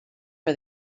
for